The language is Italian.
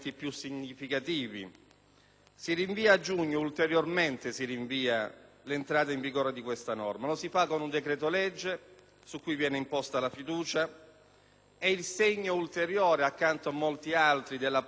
Si rinvia ulteriormente a giugno l'entrata in vigore di questa norma con un decreto-legge su cui viene posta la fiducia. È un segno ulteriore, accanto a molti altri, della politica di questo Governo,